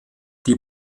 die